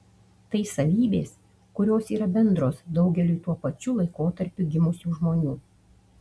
tai savybės kurios yra bendros daugeliui tuo pačiu laikotarpiu gimusių žmonių